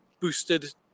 boosted